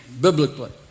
biblically